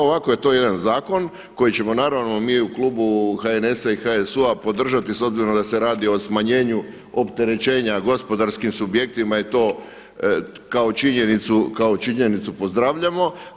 Ovako je to jedan zakon koji ćemo naravno mi u klubu HNS-a i HSU-a podržati s obzirom da se radi o smanjenju opterećenja gospodarskim subjektima i to kao činjenicu pozdravljamo.